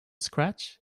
scratch